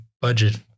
budget